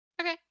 okay